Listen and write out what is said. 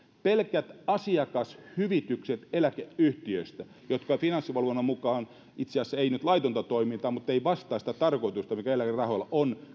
pelkät asiakashyvitykset eläkeyhtiöistä jotka finanssivalvonnan mukaan itse asiassa ei nyt laitonta toimintaa mutta eivät vastaa sitä tarkoitusta mikä eläkerahoilla on